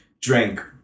drink